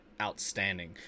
outstanding